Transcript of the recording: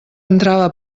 entrava